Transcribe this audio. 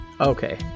Okay